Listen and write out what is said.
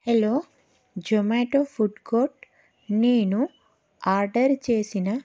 hello Zomato food court నేను order చేసిన